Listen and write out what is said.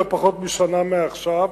לא פחות משנה מעכשיו,